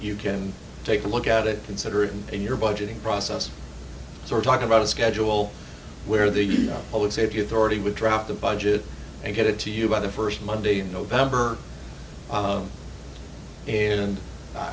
you can take a look at it consider it a year budgeting process so we're talking about a schedule where the public safety authority would drop the budget and get it to you by the first monday in november and